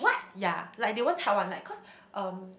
ya like they won't help [one] cause um